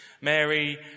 Mary